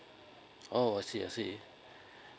oh I see I see